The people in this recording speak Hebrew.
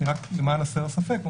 למען הסר ספק,